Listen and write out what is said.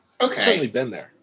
Okay